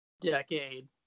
decade